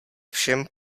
všem